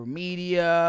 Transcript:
media